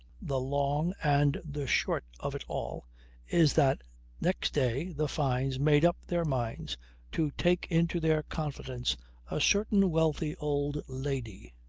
the long and the short of it all is that next day the fynes made up their minds to take into their confidence a certain wealthy old lady.